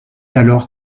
alors